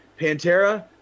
pantera